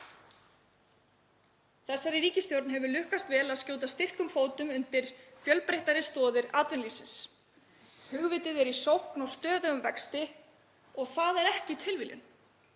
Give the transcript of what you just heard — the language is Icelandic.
Þessari ríkisstjórn hefur lukkast vel að skjóta styrkum fótum undir fjölbreyttari stoðir atvinnulífsins. Hugvitið er í sókn og stöðugum vexti og það er ekki tilviljun.